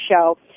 show